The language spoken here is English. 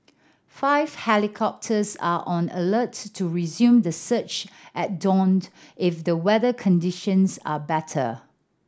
five helicopters are on alert to resume the search at daunt if the weather conditions are better